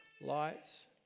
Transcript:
lights